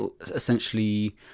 essentially